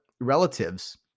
relatives